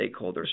stakeholders